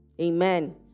Amen